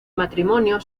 matrimonio